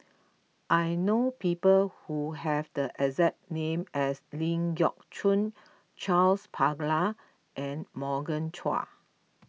I know people who have the exact name as Ling Geok Choon Charles Paglar and Morgan Chua